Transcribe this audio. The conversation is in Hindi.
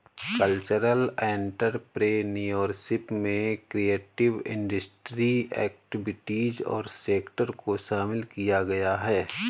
कल्चरल एंटरप्रेन्योरशिप में क्रिएटिव इंडस्ट्री एक्टिविटीज और सेक्टर को शामिल किया गया है